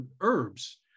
herbs